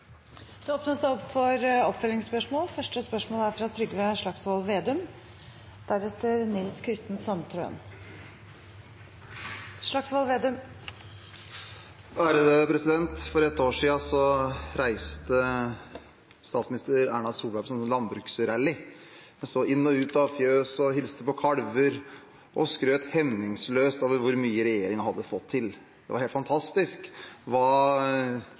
Slagsvold Vedum. For et år siden reiste statsminister Erna Solberg på «landbruksrally» – altså inn og ut av fjøs, hilste på kalver og skrøt hemningsløst av hvor mye regjeringen hadde fått til. Det var helt fantastisk